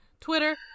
Twitter